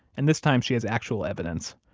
and this time she has actual evidence.